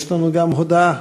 יש לנו גם הודעה,